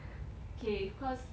okay cause